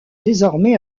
désormais